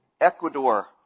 Ecuador